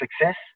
success